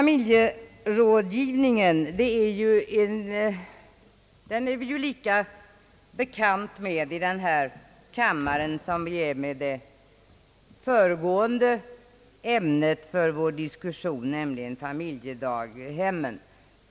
Herr talman! Familjerådgivning är vi ju lika bekanta med i denna kammare som med det föregående ämnet för våra överläggningar, nämligen familjedaghemmen.